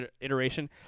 iteration